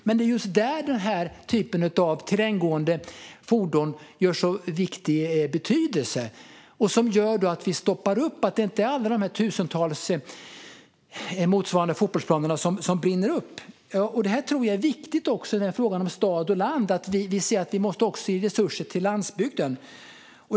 Men det är just där som den här typen av terränggående fordon har en sådan stor betydelse och gör att ytor motsvarande tusentals fotbollsplaner inte brinner upp. Jag tror att det är viktigt med frågan om stad och land och att vi ser att vi också måste ge resurser till landsbygden.